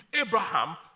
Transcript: Abraham